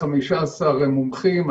15 מומחים,